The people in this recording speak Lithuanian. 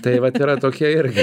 tai vat yra tokia irgi